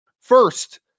first